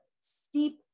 steep